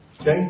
okay